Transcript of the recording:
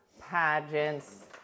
pageants